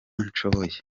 nshoboye